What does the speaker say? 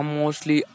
mostly